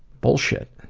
bullshit.